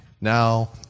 now